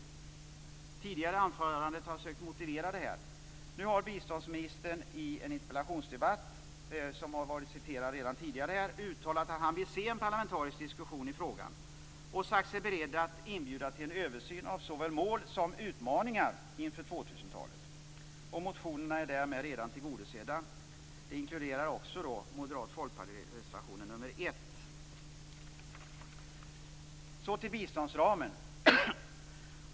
Jag har tidigare i anförandet försökt motivera detta. Nu har biståndsministern i en interpellationsdebatt, som har citerats här redan tidigare, uttalat att han vill se en parlamentarisk diskussion i frågan. Han har sagt sig vara beredd att inbjuda till en översyn av såväl mål som utmaningar inför 2000-talet. Motionerna är därmed redan tillgodosedda. I detta inkluderas också den moderata och folkpartistiska reservationen nr 1. Så till biståndsramen.